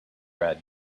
red